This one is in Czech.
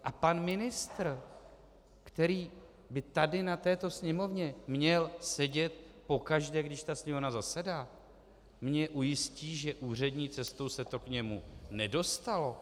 A pan ministr, který by tady na této Sněmovně měl sedět pokaždé, když Sněmovna zasedá, mě ujistí, že úřední cestou se to k němu nedostalo.